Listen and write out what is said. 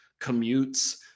commutes